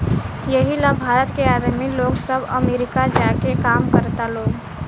एही ला भारत के आदमी लोग सब अमरीका जा के काम करता लोग